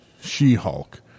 She-Hulk